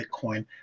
Bitcoin